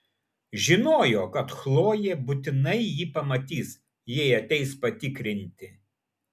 žinojo kad chlojė būtinai jį pamatys jei ateis patikrinti